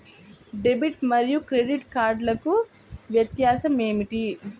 Debit మరియు credit కార్డ్లకు వ్యత్యాసమేమిటీ?